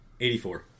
84